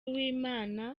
uwimana